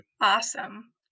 Awesome